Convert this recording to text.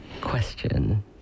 question